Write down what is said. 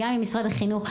גם ממשרד החינוך,